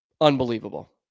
Unbelievable